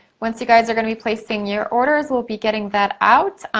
once you guys are gonna be placing your orders, we'll be getting that out.